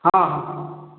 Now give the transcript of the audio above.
ହଁ